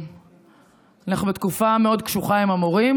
אנחנו בתקופה מאוד קשוחה עם המורים,